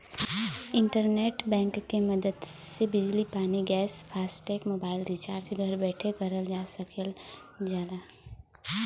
internet bank क मदद से बिजली पानी गैस फास्टैग मोबाइल रिचार्ज घर बैठे करल जा सकल जाला